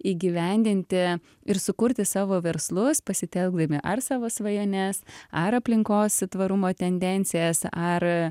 įgyvendinti ir sukurti savo verslus pasitelkdami ar savo svajones ar aplinkos tvarumo tendencijas ar